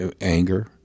Anger